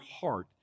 heart